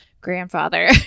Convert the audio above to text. grandfather